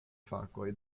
fakoj